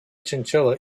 chinchilla